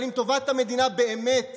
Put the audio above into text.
אבל אם טובת המדינה באמת